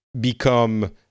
become